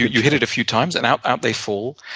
you hit it a few times, and out out they fall.